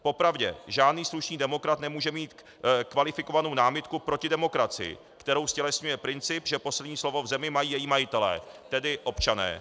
Po pravdě, žádný slušný demokrat nemůže mít kvalifikovanou námitku proti demokracii, kterou ztělesňuje princip, že poslední slovo v zemi mají její majitelé, tedy občané.